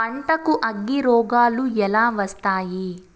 పంటకు అగ్గిరోగాలు ఎలా వస్తాయి?